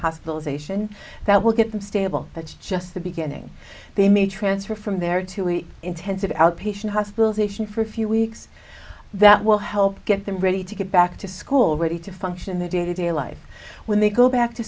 hospitalization that will get them stable that's just the beginning they may transfer from their two week intensive outpatient hospitalization for a few weeks that will help get them ready to get back to school ready to function the day to day life when they go back to